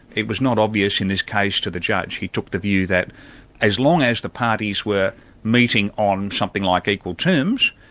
it was not obvious in this case to the judge. he took the view that as long as the parties were meeting on something like equal terms,